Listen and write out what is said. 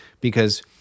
because-